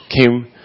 came